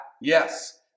Yes